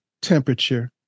temperature